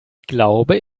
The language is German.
glaube